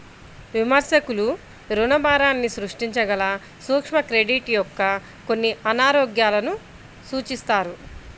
విమర్శకులు రుణభారాన్ని సృష్టించగల సూక్ష్మ క్రెడిట్ యొక్క కొన్ని అనారోగ్యాలను సూచిస్తారు